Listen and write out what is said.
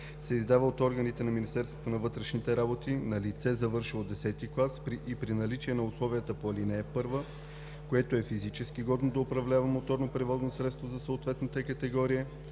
се издава от органите на Министерството на вътрешните работи на лице, завършило X клас и при наличие на условията по ал. 1, което е физически годно да управлява моторни превозни средства за съответната категория,